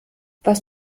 was